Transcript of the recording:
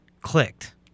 clicked